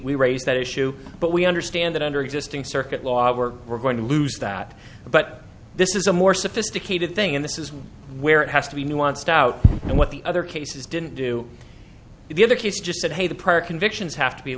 we raise that issue but we understand that under existing circuit law we're going to lose that but this is a more sophisticated thing in this is where it has to be nuanced out and what the other cases didn't do the other case just said hey the prior convictions have to be